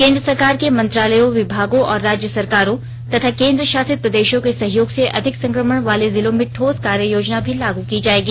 केंद्र सरकार के मंत्रालयों विभागों और राज्य सरकारों तथा केंद्र शासित प्रदेशों के सहयोग से अधिक संक्रमण वाले जिलों में ठोस कार्य योजना भी लागू की जाएगी